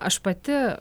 aš pati